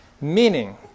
meaning